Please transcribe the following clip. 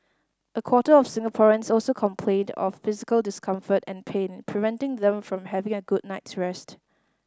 a quarter of Singaporeans also complained of physical discomfort and pain preventing them from having a good night's rest